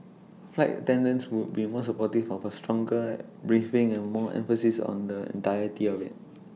flight attendants would be supportive of A stronger briefing and more emphasis on the entirety of IT